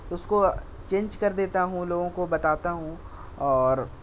تو اس کو چینج کر دیتا ہوں لوگوں کو بتاتا ہوں اور